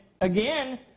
again